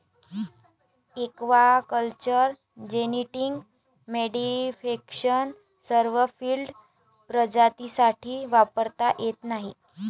aquaculture genetic modification सर्व field प्रजातींसाठी वापरता येत नाही